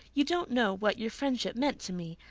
you don't know what your friendship meant to me.